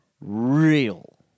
real